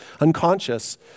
unconscious